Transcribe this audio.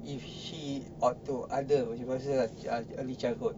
if she opt to other macam early childhood